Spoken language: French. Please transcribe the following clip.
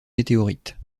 météorite